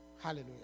Hallelujah